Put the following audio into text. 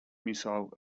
missile